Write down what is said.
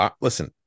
listen